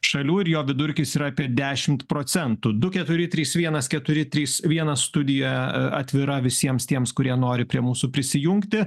šalių ir jo vidurkis yra apie dešimt procentų du keturi trys vienas keturi trys vienas studija atvira visiems tiems kurie nori prie mūsų prisijungti